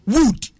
Wood